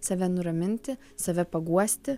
save nuraminti save paguosti